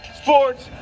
sports